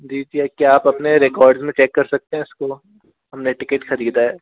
जी क्या आप अपने रिकार्ड में चेक कर सकते हैं इसको हमने टिकट खरीदा है